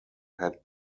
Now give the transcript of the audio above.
had